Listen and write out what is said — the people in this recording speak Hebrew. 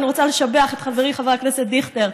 ואני רוצה לשבח את חברי חבר הכנסת דיכטר,